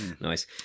Nice